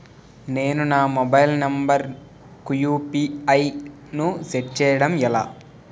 నేను నా mobile number కుయు.పి.ఐ ను సెట్ చేయడం ఎలా?